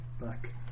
back